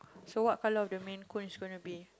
so what colour of your main it's gonna be